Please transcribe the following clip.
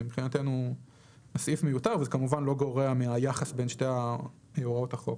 מבחינתנו הסעיף מיותר אבל זה כמובן לא גורע מהיחס בין שתי הוראות החוק.